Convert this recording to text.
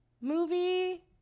movie